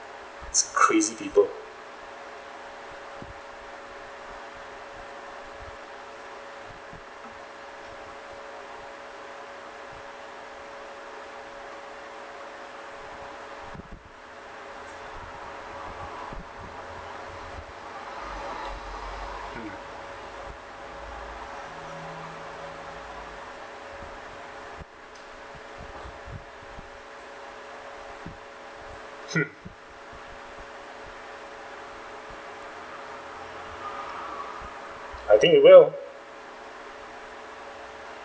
it's crazy people hmm I think it will